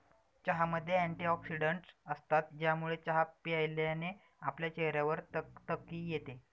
चहामध्ये अँटीऑक्सिडन्टस असतात, ज्यामुळे चहा प्यायल्याने आपल्या चेहऱ्यावर तकतकी येते